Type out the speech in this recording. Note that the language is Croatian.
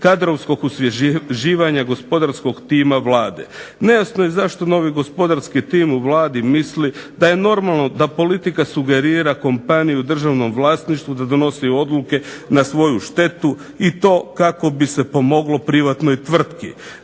kadrovskog osvježivanja gospodarskog tima Vlade. Nejasno je zašto novi gospodarski tim u Vladi misli da je normalno da politika sugerira kompaniju u državnom vlasništvu, da donosi odluke na svoju štetu i to kako bi se pomoglo privatnoj tvrtki.